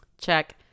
Check